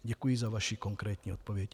Děkuji za vaši konkrétní odpověď.